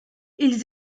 ils